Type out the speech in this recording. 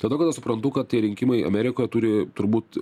tada kada suprantu kad tie rinkimai amerikoje turi turbūt